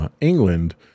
England